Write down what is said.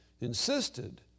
insisted